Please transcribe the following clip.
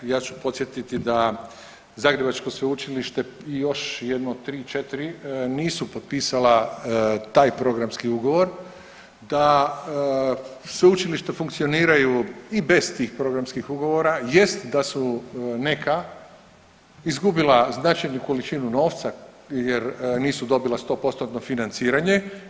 Ja ću podsjetiti da Zagrebačko sveučilište i još jedno tri, četiri nisu potpisala taj programski ugovor da sveučilišta funkcioniraju i bez tih programskih ugovora jest da su neka izgubila značajnu količinu novca jer nisu dobila sto postotno financiranje.